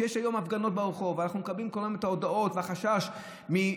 שיש היום הפגנות ברחוב ואנחנו מקבלים כל יום הודעות על חשש מהשתלטות,